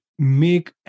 make